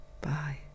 Bye